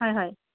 হয় হয়